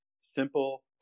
Simple